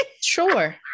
Sure